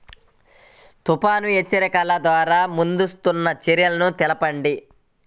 తుఫాను హెచ్చరికల ద్వార ముందస్తు చర్యలు తెలపండి?